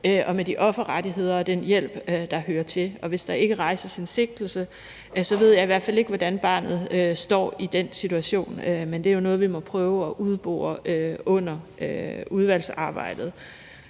og med de offerrettigheder og den hjælp, der hører til. Hvis der ikke rejses en sigtelse, ved jeg i hvert fald ikke, hvordan barnet står i den situation, men det er jo noget, vi må prøve at udbore under udvalgsarbejdet.